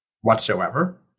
whatsoever